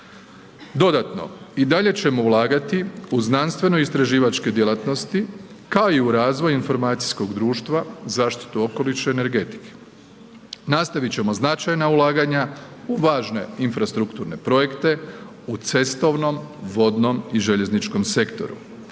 Dodatno, i dalje ćemo ulagati u znanstveno istraživačke djelatnosti, kao i u razvoj informacijskog društva, zaštitu okoliša i energetike. Nastavit ćemo značajna ulaganja u važne infrastrukturne projekte u cestovnom, vodnom i željezničkom sektoru